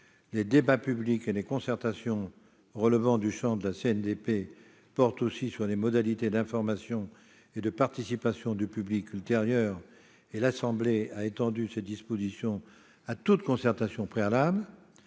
les débats publics et les concertations relevant du champ de la CNDP portent aussi sur les modalités d'information et de participation ultérieures du public, et l'Assemblée nationale a étendu ces dispositions à toute concertation préalable.